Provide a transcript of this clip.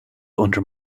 under